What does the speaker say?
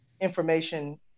information